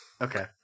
Okay